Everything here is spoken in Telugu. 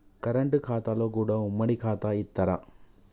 కరెంట్ ఖాతాలో కూడా ఉమ్మడి ఖాతా ఇత్తరా?